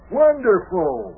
wonderful